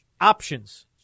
options